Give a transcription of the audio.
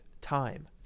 time